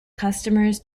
customers